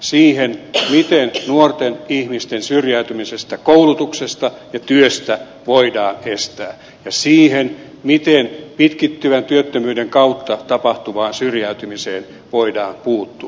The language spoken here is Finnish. siihen miten nuorten ihmisten syrjäytymistä koulutuksesta ja työstä voidaan estää ja siihen miten pitkittyvän työttömyyden kautta tapahtuvaan syrjäytymiseen voidaan puuttua